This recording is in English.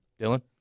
Dylan